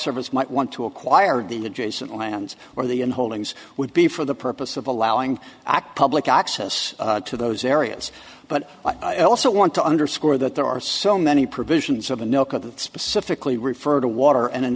service might want to acquire the adjacent lands or the in holdings would be for the purpose of allowing act public access to those areas but i also want to underscore that there are so many provisions of the no code that specifically refer to water and in